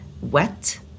wet